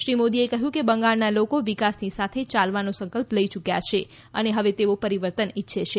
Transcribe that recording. શ્રી મોદીએ કહ્યું કે બંગાળના લોકો વિકાસની સાથે ચાલવાનો સંકલ્પ લઇ યૂક્યા છે અને હવે તેઓ પરિવર્તન ઇચ્છે છે